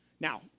Now